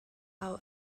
our